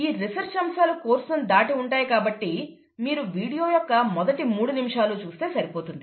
ఈ రీసెర్చ్ అంశాలు కోర్సును దాటి ఉంటాయి కాబట్టి మీరు వీడియో యొక్క మొదటి మూడు నిమిషాలు చూస్తే సరిపోతుంది